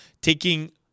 taking